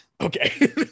Okay